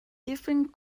different